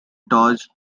dodge